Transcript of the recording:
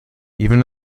even